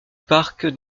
parc